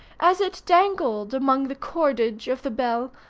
as it dangled among the cordage of the bell,